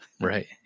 Right